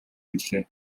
билээ